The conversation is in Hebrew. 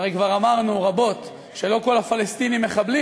הרי כבר אמרנו פעמים רבות שלא כל הפלסטינים מחבלים,